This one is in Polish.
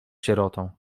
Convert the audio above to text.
sierotą